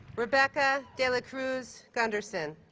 rebecca delacruz-gunderson